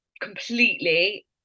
completely